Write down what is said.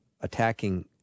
attacking